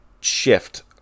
shift